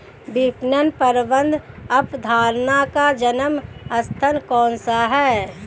विपणन प्रबंध अवधारणा का जन्म स्थान कौन सा है?